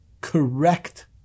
correct